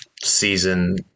season